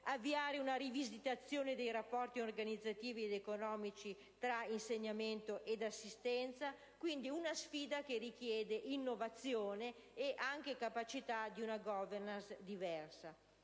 riavvii una rivisitazione dei rapporti organizzativi ed economici tra insegnamento ed assistenza. Quindi, è una sfida che richiede innovazione e anche capacità di una *governance* diversa: